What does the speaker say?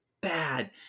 bad